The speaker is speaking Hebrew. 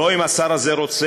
לא אם השר הזה רוצה,